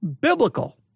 biblical